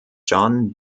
john